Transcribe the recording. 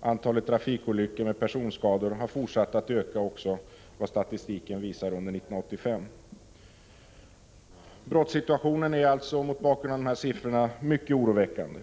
Antalet trafikolyckor med personskador har fortsatt att öka också 1985 enligt vad statistiken visar. Brottssituationen är mot bakgrund av de här siffrorna mycket oroväckande.